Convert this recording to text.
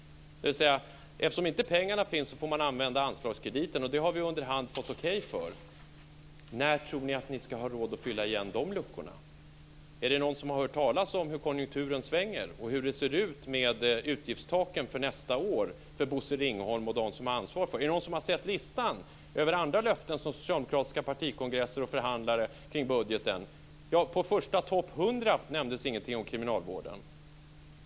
Eftersom pengarna inte finns får man alltså använda anslagskrediten, och det har man underhand fått okej för. När tror ni att ni ska ha råd att fylla igen de luckorna? Är det någon som har hört talas om hur konjunkturen svänger och hur det ser ut med utgiftstaken för nästa år för Bosse Ringholm och de som har ansvar för detta? Är det någon som har sett listan över andra löften från socialdemokratiska partikongresser och förhandlare kring budgeten? Ja, på listan över de första hundra nämndes ingenting om kriminalvården.